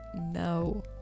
no